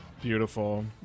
Beautiful